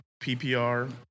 PPR